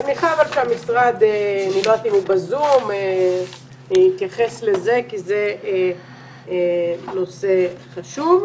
ואני מניחה שהמשרד יתייחס לזה כי זה נושא חשוב.